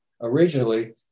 originally